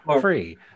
free